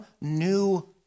new